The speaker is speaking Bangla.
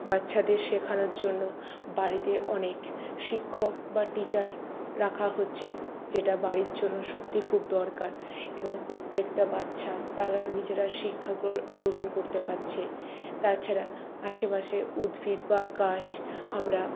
বাচ্ছাদের শেখানোর জন্য বাড়িতে অনেক শিক্ষক বা টিচার রাখা হচ্ছে যেটা বাড়ির জন্য সত্যি খুব দরকার এবং প্রত্যেকটা বাচ্ছা তারা নিজেরা শিক্ষা গ্রহণ করতে পারছে তাছাড়া আশেপাশে উদ্ভিদ বা গাছ আমরা